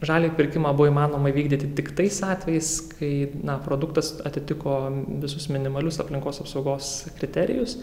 žaliąjį pirkimą buvo įmanoma įvykdyti tik tais atvejais kai produktas atitiko visus minimalius aplinkos apsaugos kriterijus